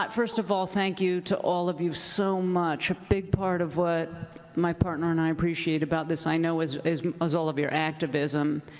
but first of all, thank you to all of you so much. a big part of what my partner and i appreciate about this, i know, is is all of your activism.